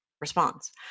Response